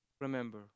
Remember